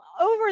over